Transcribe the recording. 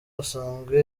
asanzwe